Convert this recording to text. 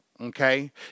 Okay